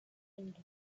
and